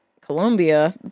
Colombia